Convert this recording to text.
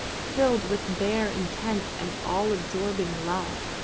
filled with their intense and all-absorbing love.